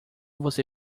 você